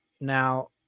Now